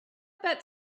about